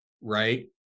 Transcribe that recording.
right